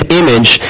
image